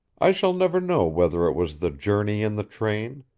i shall never know whether it was the journey in the train,